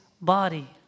body